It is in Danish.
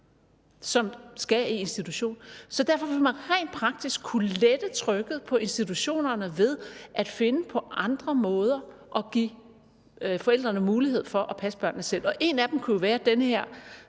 som skal i institution. Derfor vil man rent praktisk kunne lette trykket på institutionerne ved at finde på andre måder at give forældrene mulighed for at passe børnene selv. Og en af dem kunne jo være den her